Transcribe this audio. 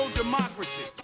democracy